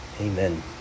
Amen